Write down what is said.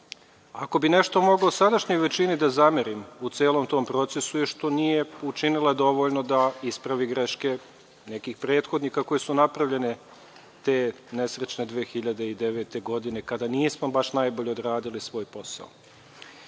Ako bi nešto moglo sadašnjoj većini da zamerim u celom tom procesu je što nije učinila dovoljno da ispravi greške nekih prethodnika koje su napravljene te nesrećne 2009. godine, kada nismo baš najbolje odradili svoj posao.I,